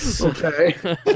Okay